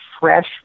fresh